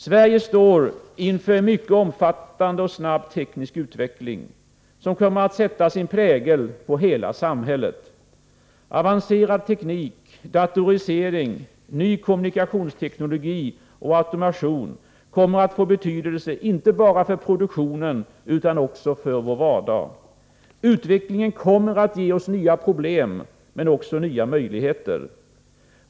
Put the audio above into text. Sverige står inför en mycket omfattande och snabb teknisk utveckling, som kommer att sätta sin prägel på hela samhället. Avancerad teknik, datorisering, ny kommunikationsteknologi och automation kommer att få betydelse inte bara för produktionen, utan också för vår vardag. Utvecklingen kommer att ge oss nya problem — men också nya möjligheter.